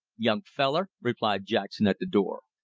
young feller, replied jackson at the door,